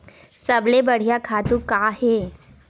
सबले बढ़िया खातु का हे?